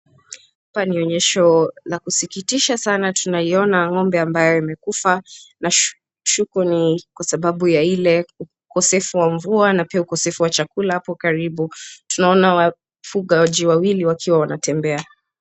Hapa ni onyesho la kusikitisha sana tunaiona ng'ombe ambayo amekufa, nashuku ni kwa sababu ya ile ukosefu wa mvua na pia ukosefu wa chakula hapo karibu, tunaona wafugaji wawili wakiwa wanatembea.